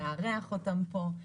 מארח אותם פה.